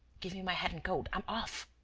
give me my hat and coat. i'm off!